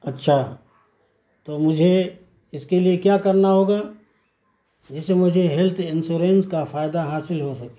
اچھا تو مجھے اس کے لیے کیا کرنا ہوگا جس سے مجھے ہیلتھ انسورنس کا فائدہ حاصل ہو سکے